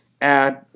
add